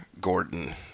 Gordon